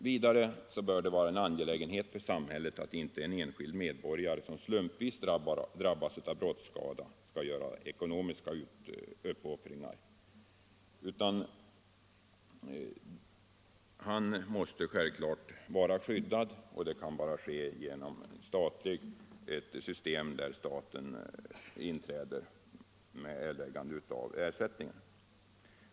Vidare bör det vara en angelägenhet för samhället, inte för den enskilde medborgare som slumpvis drabbas av brottsskada, att svara för de eko nomiska ersättningarna. Den drabbade måste självfallet vara skyddad, och det kan bara ske genom ett system där staten inträder och svarar för den ekonomiska ersättningen.